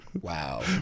wow